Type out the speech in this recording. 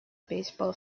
baseball